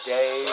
Day